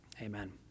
Amen